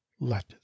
let